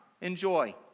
Enjoy